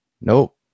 Nope